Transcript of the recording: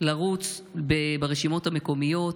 לרוץ ברשימות המקומיות,